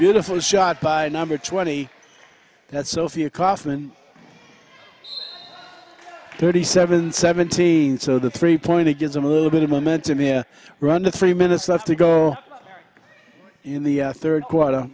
beautiful shot by number twenty that sophia kaufmann thirty seven seventeen so the three point eight gives him a little bit of momentum in running three minutes left to go in the third quarter